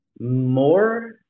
more